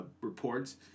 reports